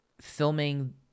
filming